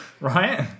Right